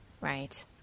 Right